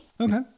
Okay